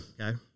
Okay